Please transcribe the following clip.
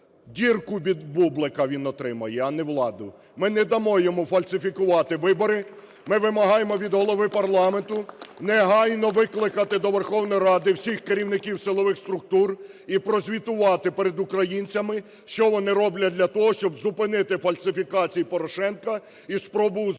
Дірку від бублика він отримає, а не владу. Ми не дамо йому фальсифікувати вибори. Ми вимагаємо від голови парламенту негайно викликати до Верховної Ради всіх керівників силових структур і прозвітувати перед українцями, що вони роблять для того, щоб зупинити фальсифікації Порошенка і… ГОЛОВУЮЧИЙ.